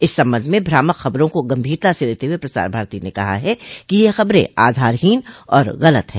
इस संबंध में भ्रामक खबरों को गंभीरता से लेते हुए प्रसार भारती ने कहा है कि ये खबरें आधारहीन और गलत हैं